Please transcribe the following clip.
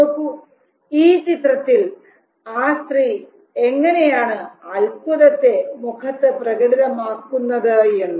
നോക്കൂ ഈ ചിത്രത്തിൽ ആ സ്ത്രീ എങ്ങനെയാണ് അത്ഭുതത്തെ മുഖത്ത് പ്രകടിതമാക്കുന്നത് എന്ന്